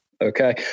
Okay